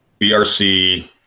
BRC